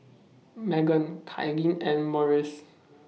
Meggan Kylene and Morris